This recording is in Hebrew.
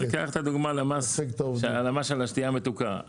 ניקח את הדוגמה על מס השתייה המתוקה,